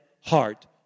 heart